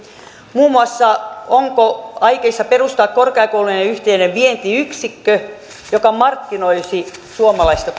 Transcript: muun muassa ollaanko aikeissa perustaa korkeakoulujen yhteinen vientiyksikkö joka markkinoisi suomalaista